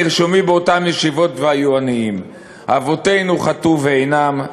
נרשמים באותן ישיבות ויהיו עניים: אבותינו חטאו ואינם,